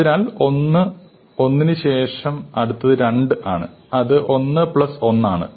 അതിനാൽ 1 1 ന് ശേഷം അടുത്തത് 2 ആണ് അത് 1 പ്ലസ് 1 ആണ്